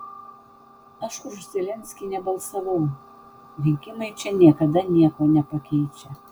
aš už zelenskį nebalsavau rinkimai čia niekada nieko nepakeičia